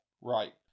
Right